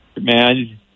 man